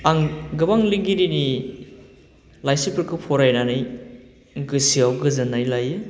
आं गोबां लिगिरिनि लाइसिफोरखौ फरायनानै गोसोआव गोजोन्नाय लायो